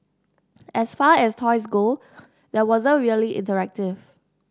as far as toys go these weren't really interactive